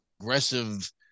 aggressive